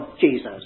Jesus